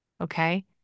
okay